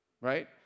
right